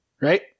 right